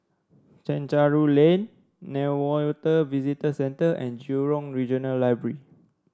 Chencharu Lane Newater Visitor Centre and Jurong Regional Library